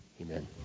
amen